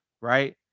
Right